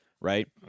right